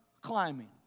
climbing